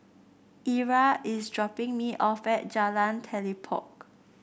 Ira is dropping me off at Jalan Telipok